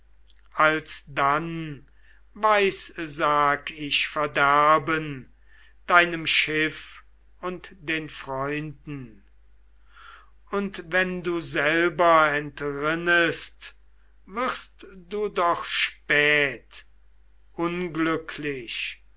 alsdann weissag ich verderben deinem schiff und den freunden und wenn du selber entrinnest wirst du doch spät